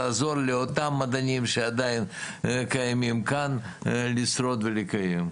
ולעזור לאותם מדענים שעדיין קיימים כאן לשרוד ולהתקיים.